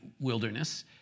wilderness